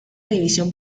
división